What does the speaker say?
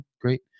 great